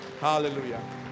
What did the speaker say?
Hallelujah